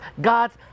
God's